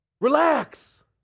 Relax